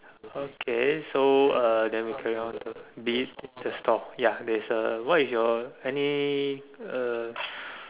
okay so uh then we carry on be the store ya there's a what is your any uh